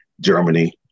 Germany